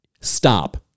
Stop